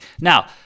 Now